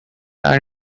are